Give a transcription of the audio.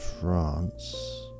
France